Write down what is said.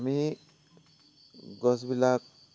আমি গছবিলাক